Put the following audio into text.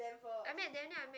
I met Daniel I met